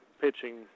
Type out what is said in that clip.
pitching